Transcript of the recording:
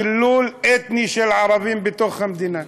דילול אתני של הערבים בתוך המדינה.